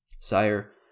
Sire